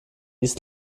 ist